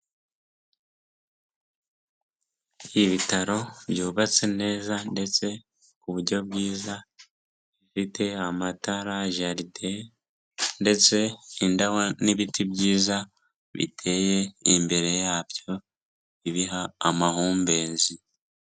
Ibitaro byubatse neza ndetse ku buryo bwiza bifite amatara, jaride ndetse indabo n'ibiti byiza biteye imbere yabyo ibiha amahumbezi.